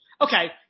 Okay